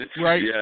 Right